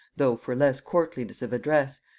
though for less courtliness of address,